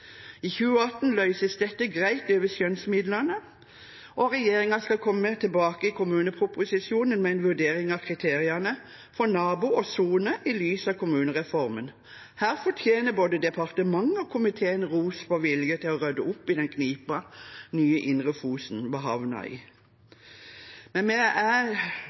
I 2018 løses dette greit over skjønnsmidlene, og regjeringen skal komme tilbake i kommuneproposisjonen med en vurdering av kriteriene for nabo og sone i lys av kommunereformen. Her fortjener både departementet og komiteen ros for vilje til å rydde opp i den knipa nye Indre Fosen var havnet i. Vi er